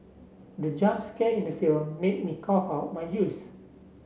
the jump scare in the film made me cough out my juice